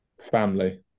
family